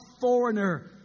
foreigner